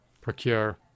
procure